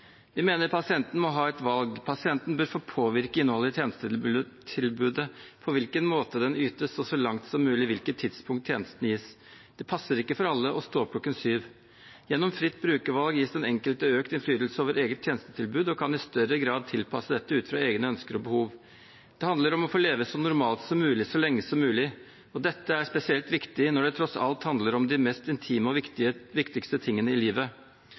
Vi mener at pasienten må ha et valg. Pasienten bør få påvirke innholdet i tjenestetilbudet, på hvilken måte tjenesten ytes, og så langt som mulig hvilket tidspunkt tjenesten gis på. Det passer ikke for alle å stå opp klokken syv. Gjennom fritt brukervalg gis den enkelte økt innflytelse over eget tjenestetilbud og kan i større grad tilpasse dette ut fra egne ønsker og behov. Det handler om å få leve så normalt som mulig så lenge som mulig, og dette er spesielt viktig når det tross alt handler om de mest intime og viktigste tingene i livet.